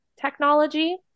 technology